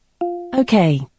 okay